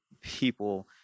people